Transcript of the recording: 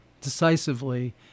decisively